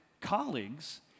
colleagues